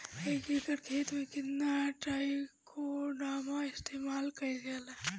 एक एकड़ खेत में कितना ट्राइकोडर्मा इस्तेमाल कईल जाला?